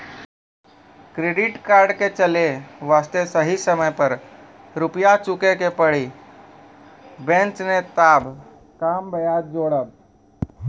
Credit card के चले वास्ते सही समय पर रुपिया चुके के पड़ी बेंच ने ताब कम ब्याज जोरब?